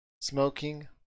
smoking